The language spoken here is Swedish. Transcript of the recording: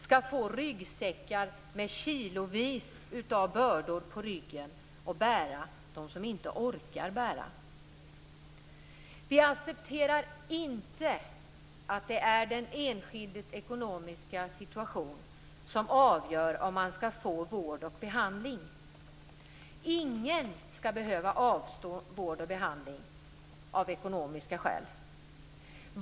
De som inte orkar bära skall få ryggsäckar med kilovis av ytterligare bördor. Vi accepterar inte att det är den enskildes ekonomiska situation som avgör om man skall få vård och behandling. Ingen skall behöva avstå från vård och behandling av ekonomiska skäl.